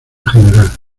general